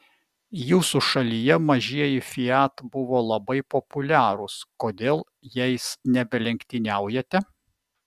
jūsų šalyje mažieji fiat buvo labai populiarūs kodėl jais nebelenktyniaujate